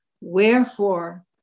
Wherefore